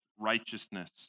righteousness